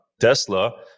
Tesla